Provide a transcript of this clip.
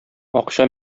акча